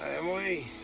emily.